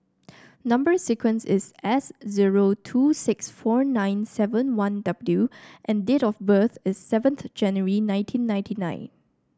number sequence is S zero two six four nine seven one W and date of birth is seventh January nineteen ninety nine